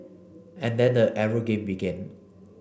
and then the arrow game began